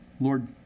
Lord